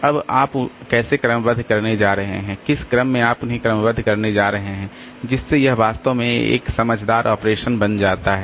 अब आप उन्हें कैसे क्रमबद्ध करने जा रहे हैं किस क्रम में आप उन्हें क्रमबद्ध करने जा रहे हैं जिससे यह वास्तव में एक समझदार ऑपरेशन बन जाता है